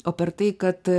o per tai kad